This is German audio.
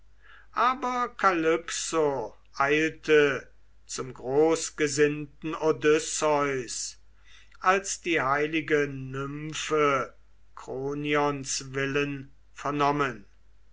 aber kalypso eilte zum großgesinnten odysseus als die heilige nymphe kronions willen vernommen